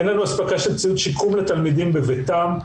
אין לנו אספקה של ציוד שיקום לתלמידים בביתם.